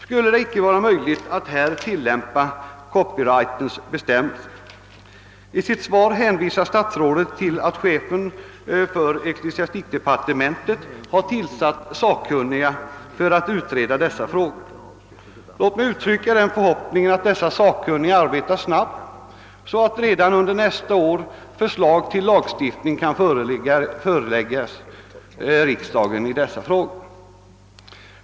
Skulle det inte vara möjligt här att tillämpa bestämmelserna om copyright? I sitt svar hänvisar statsrådet till att chefen för ecklesiastikdepartementet tillsatt sakkunniga för att utreda dessa frågor. Låt mig uttrycka förhoppningen att dessa sakkunniga arbetar snabbt, så att förslag till lagstiftning kan föreläggas riksdagen redan under nästa år.